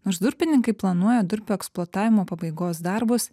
nors durpininkai planuoja durpių eksploatavimo pabaigos darbus